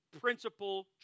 principal